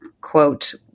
quote